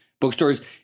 bookstores